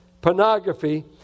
Pornography